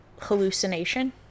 hallucination